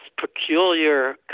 peculiar